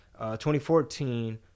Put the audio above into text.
2014